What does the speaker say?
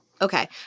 Okay